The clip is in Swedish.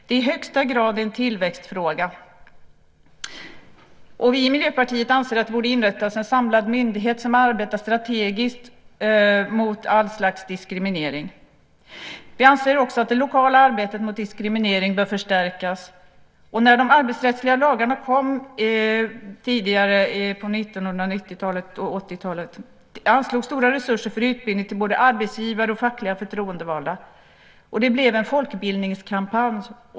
Det är i högsta grad en tillväxtfråga. Vi i Miljöpartiet anser att det borde inrättas en samlad myndighet som arbetar strategiskt mot all slags diskriminering. Vi anser också att det lokala arbetet mot diskriminering bör förstärkas. När de arbetsrättsliga lagarna kom på 1980 och 1990-talen anslogs stora resurser för utbildning till både arbetsgivare och fackliga förtroendevalda. Det blev en folkbildningskampanj.